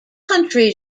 country